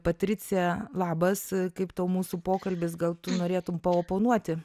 patricija labas kaip tau mūsų pokalbis gal tu norėtum paoponuoti